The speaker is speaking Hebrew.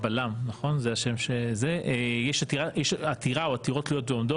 יש עתירה או עתירות תלויות ועומדות.